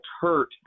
hurt